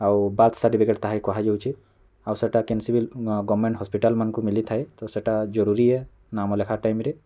ଆଉ birth certificate ତାହାକେ କୁହାଯାଉଛେ ଆଉ ସେଟା କେନ୍ସି ଭିଲ୍ ଗର୍ମେଣ୍ଟ୍ ହସ୍ପିଟାଲ୍ମାନଙ୍କୁ ମିଲିଥାଏ ତ ସେଟା ଜରୁରୀ ଏ ନାମଲେଖା ଟାଇମ୍ରେ